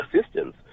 assistance